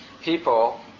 people